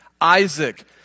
Isaac